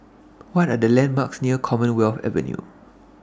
What Are The landmarks near Commonwealth Avenue